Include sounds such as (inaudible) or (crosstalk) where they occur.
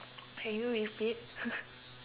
can you repeat (laughs)